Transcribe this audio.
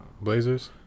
Blazers